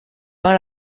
par